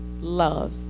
love